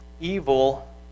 evil